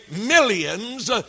millions